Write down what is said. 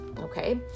okay